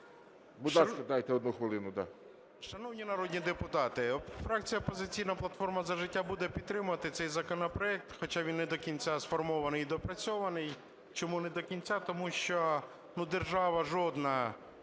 дайте одну хвилину.